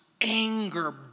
anger